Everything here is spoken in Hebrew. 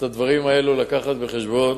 לקחת בחשבון